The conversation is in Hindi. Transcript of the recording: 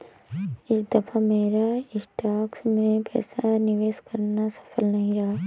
इस दफा मेरा स्टॉक्स में पैसा निवेश करना सफल नहीं रहा